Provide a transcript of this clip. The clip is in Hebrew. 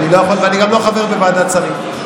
ואני גם לא חבר בוועדת השרים.